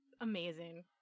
Amazing